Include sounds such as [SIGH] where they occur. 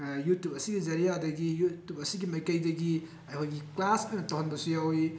YouTube ꯑꯁꯤꯒꯤ [UNINTELLIGIBLE] YouTube ꯑꯁꯤꯒꯤ ꯃꯥꯏꯀꯩꯗꯒꯤ ꯑꯩꯈꯣꯏꯒꯤ ꯀ꯭ꯂꯥꯁ ꯑꯣꯏꯅ ꯇꯧꯍꯟꯕꯁꯨ ꯌꯥꯎꯏ